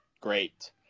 Great